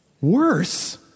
Worse